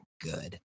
good